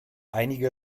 einige